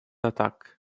attack